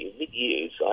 mid-years